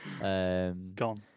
Gone